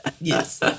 Yes